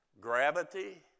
gravity